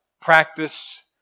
practice